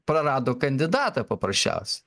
prarado kandidatą paprasčiausia